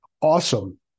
awesome